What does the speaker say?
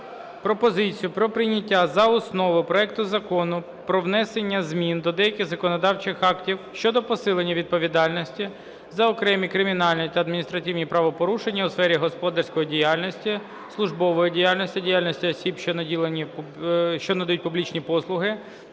пропозицію про прийняття за основу проекту Закону про внесення змін до деяких законодавчих актів щодо посилення відповідальності за окремі кримінальні та адміністративні правопорушення у сфері господарської діяльності, службової діяльності, діяльності осіб, що надають публічні послуги,